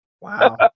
Wow